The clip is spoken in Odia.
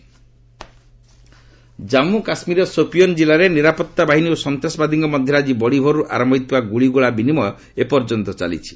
ଜେକେ ଏନ୍କାଉଣ୍ଟର ଜନ୍ମୁ କାଶ୍ମୀରର ସୋପିୟାନ୍ ଜିଲ୍ଲାରେ ନିରାପତ୍ତା ବାହିନୀ ଓ ସନ୍ତାସବାଦୀଙ୍କ ମଧ୍ୟରେ ଆଜି ବଡ଼ିଭୋରୁ ଆରମ୍ଭ ହୋଇଥିବା ଗୁଳିଗୋଳା ବିନିମୟ ଏପର୍ଯ୍ୟନ୍ତ ଚାଲିଛି